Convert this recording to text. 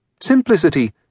Simplicity